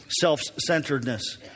self-centeredness